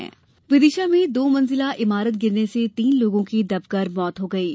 दुर्घटना विदिशा में दो मंजिला इमारत गिरने से तीन लोगों की दबकर मौत हो गई है